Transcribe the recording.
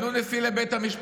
מי?